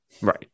Right